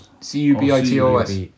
C-U-B-I-T-O-S